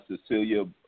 Cecilia